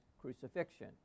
crucifixion